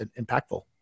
impactful